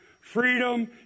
Freedom